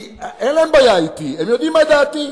אין להם בעיה אתי, הם יודעים מה דעתי.